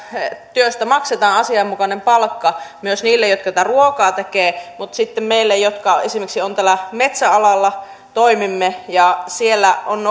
työstä maksetaan asianmukainen palkka myös niille jotka tätä ruokaa tekevät mutta sitten meillä jotka esimerkiksi tällä metsäalalla toimimme on